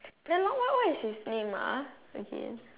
very long one what is his name ah again